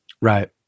Right